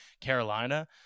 Carolina